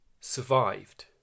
survived